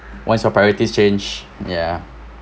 what's your priorities change ya